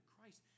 Christ